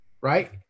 right